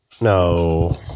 No